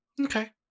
Okay